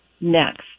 next